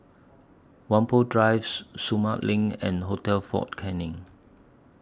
Whampoa Drive Sumang LINK and Hotel Fort Canning